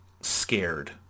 scared